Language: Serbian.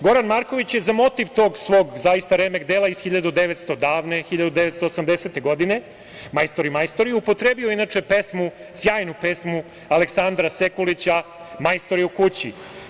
Goran Marković je za motiv tog svog zaista remek dela iz davne 1980. godine upotrebio inače sjajnu pesmu Aleksandra Sekulića "Majstori u kući"